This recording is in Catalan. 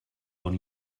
bon